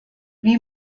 wie